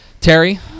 Terry